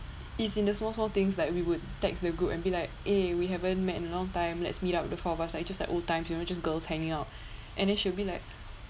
it's in the small small things like we would text the group and be like eh we haven't met in a long time let's meet up the four of us it just like old times you know just girls hanging out and she'll be like